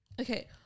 Okay